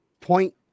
point